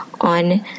on